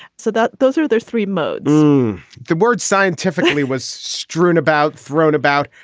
so that those are their three modes the word scientifically was strewn about, thrown about.